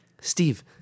Steve